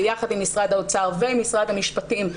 ביחד עם משרד האוצר ומשרד המשפטים,